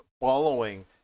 following